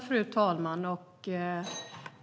Fru talman!